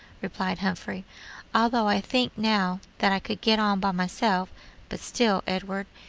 replied humphrey although i think now that i could get on by myself but still, edward,